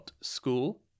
school